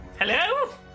Hello